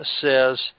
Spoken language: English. says